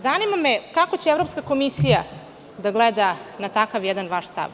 Zanima me kako će Evropska komisija da gleda na takav jedan vaš stav.